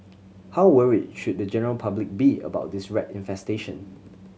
how worried should the general public be about this rat infestation